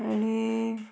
आनी